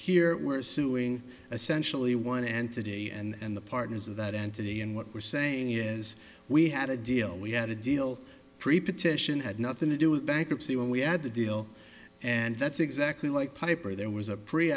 here we're suing essentially one entity and the partners of that entity and what we're saying is we had a deal we had a deal pre partition had nothing to do with bankruptcy when we had the deal and that's exactly like piper there was a pre